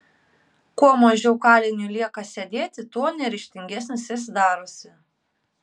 kuo mažiau kaliniui lieka sėdėti tuo neryžtingesnis jis darosi